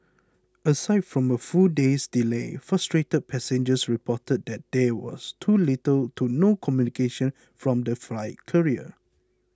aside from the full day's delay frustrated passengers reported that there was too little to no communication from the flight carrier